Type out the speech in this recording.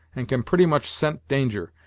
and can pretty much scent danger,